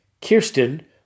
Kirsten